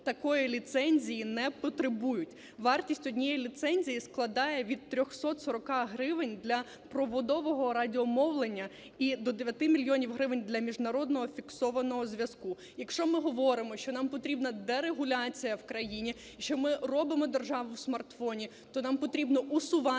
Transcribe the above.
такої ліцензії не потребують. Вартість однієї ліцензії складає від 340 гривень для проводового радіомовлення і до 9 мільйонів гривень для міжнародного фіксованого зв’язку. Якщо ми говоримо, що нам потрібна дерегуляція в країні, що ми робимо "державу в смартфоні", то нам потрібно усувати